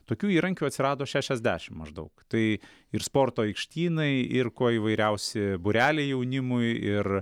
tokių įrankių atsirado šešiasdešim maždaug tai ir sporto aikštynai ir kuo įvairiausi būreliai jaunimui ir